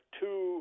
two